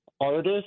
Artist's